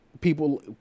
people